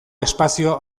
espazio